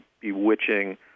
bewitching